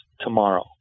tomorrow